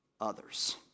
others